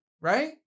Right